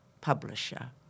publisher